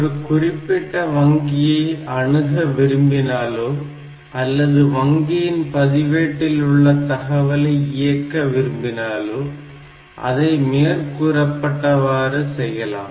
ஒரு குறிப்பிட்ட வங்கியை அணுக விரும்பினாலோ அல்லது வங்கியின் பதிவேட்டில் உள்ள தகவலை இயக்க விரும்பினாலோ அதை மேற்கூறப்பட்டவாறு செய்யலாம்